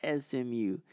SMU